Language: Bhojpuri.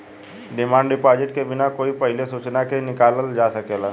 डिमांड डिपॉजिट के बिना कोई पहिले सूचना के निकालल जा सकेला